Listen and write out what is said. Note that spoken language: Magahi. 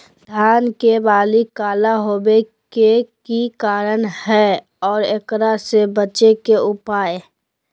धान के बाली काला होवे के की कारण है और एकरा से बचे के उपाय?